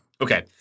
okay